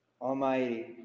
Almighty